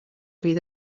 fydd